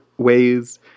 ways